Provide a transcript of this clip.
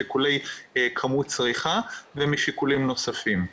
משיקולי כמות צריכה ומשיקולים נוספים.